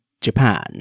Japan